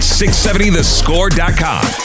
670thescore.com